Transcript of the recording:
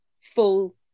full